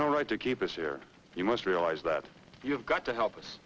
no right to keep us here you must realize that you have got to help us